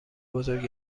بزرگ